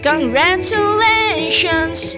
Congratulations